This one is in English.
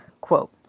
quote